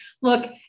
look